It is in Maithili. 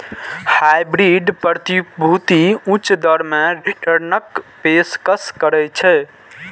हाइब्रिड प्रतिभूति उच्च दर मे रिटर्नक पेशकश करै छै